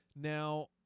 Now